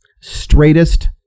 straightest